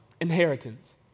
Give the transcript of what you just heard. inheritance